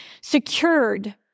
Secured